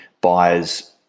buyers